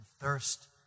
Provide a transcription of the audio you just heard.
thirst